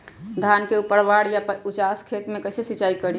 धान के ऊपरवार या उचास खेत मे कैसे सिंचाई करें?